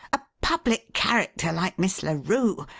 a public character like miss larue,